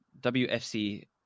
WFC